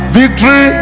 victory